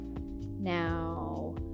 now